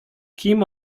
kim